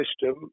system